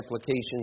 applications